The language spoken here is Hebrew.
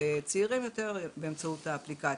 וצעירים יותר באמצעות האפליקציה.